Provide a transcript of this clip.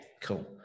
cool